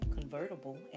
convertible